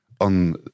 on